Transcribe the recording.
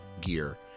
Gear